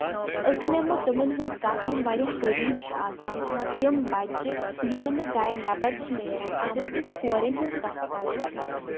أسۍ نِمو تِمن ہٕنز کَتھ یِم واریاہ غریٖب چھِ آسان یا تِم بَچہٕ یِم نہٕ گرِ نٮ۪بر چھِ نیران اَگر أسۍ کورٮ۪ن ہٕنز کَتھ کَرو